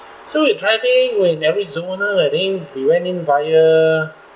so we driving we're in arizona I think we went in via